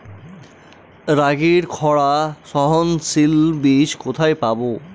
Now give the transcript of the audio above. রাগির খরা সহনশীল বীজ কোথায় পাবো?